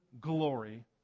glory